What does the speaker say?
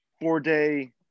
four-day